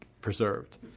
preserved